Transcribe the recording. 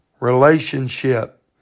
relationship